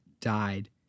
died